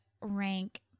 rank